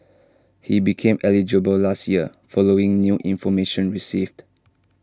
he became eligible last year following new information received